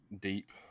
deep